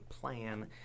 plan